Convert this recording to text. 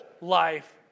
life